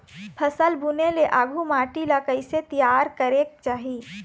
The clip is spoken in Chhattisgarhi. फसल बुने ले आघु माटी ला कइसे तियार करेक चाही?